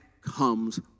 comes